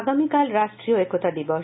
আগামীকাল রাষ্ট্রীয় একতা দিবস